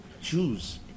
Jews